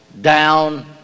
down